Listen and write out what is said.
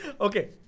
Okay